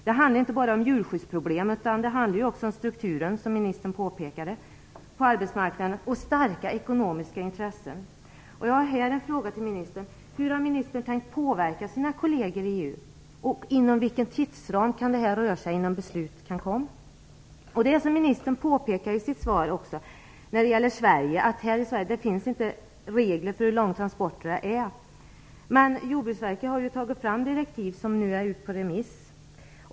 Det handlar inte bara om djurskyddsproblem, utan det handlar också om strukturen på arbetsmarknaden, som ministern påpekade, och starka ekonomiska intressen. Jag har på den här punkten en fråga. Hur har ministern tänkt påverka sina kolleger i EU? Vilken tidsram kan det röra sig om innan beslut kan komma? Det är som ministern också påpekade i sitt svar att det i Sverige inte finns regler för hur långa transporterna får vara. Men Jordbruksverket har tagit fram direktiv som nu är ute på remiss.